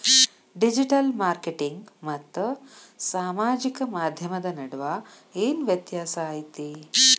digital marketing ಮತ್ತ ಸಾಮಾಜಿಕ ಮಾಧ್ಯಮದ ನಡುವ ಏನ್ ವ್ಯತ್ಯಾಸ ಐತಿ